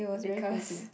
because